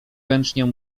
pęczniał